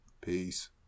peace